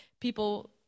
People